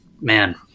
man